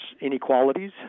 inequalities